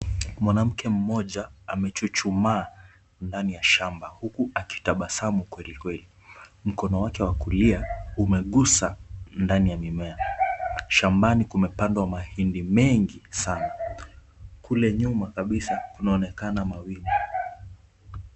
Mwanamke mmoja amechuchumaa ndani ya shamba huku akitabasamu kwelikweli. Mkono wake wa kulia, umegusa ndani ya mimea. Shambani kumepandwa mahindi mengi sana. Kule nyuma kabisa kunaonekana mawingu.